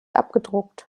abgedruckt